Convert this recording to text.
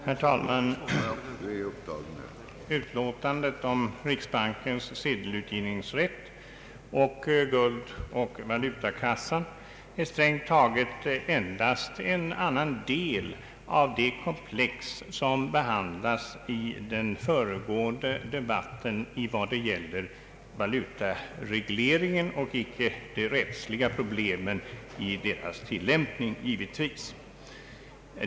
Herr talman! Utlåtandet om riksbankens sedelutgivningsrätt och guldoch valutakassan är strängt taget endast en annan del av det komplex som behandlades i den föregående debatten, givetvis i vad gäller valutaregleringen och icke de rättsliga problemen i dennas tilllämpning.